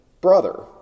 brother